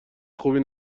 خوبی